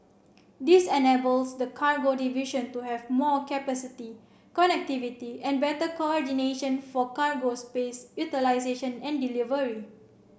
this enables the cargo division to have more capacity connectivity and better coordination for cargo space utilisation and delivery